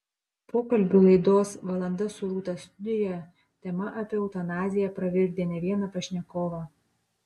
pokalbių laidos valanda su rūta studijoje tema apie eutanaziją pravirkdė ne vieną pašnekovą